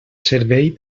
servei